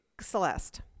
Celeste